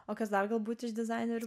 o kas dar galbūt iš dizainerių